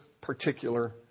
particular